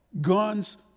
guns